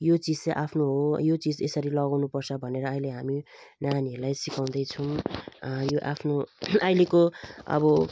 यो चिज चाहिँ आफ्नो हो यो चिज यसरी लगाउनु पर्छ भनेर अहिले हामी नानीहरूलाई सिकाउँदैछौँ यो आफ्नो अहिलेको अब